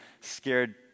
scared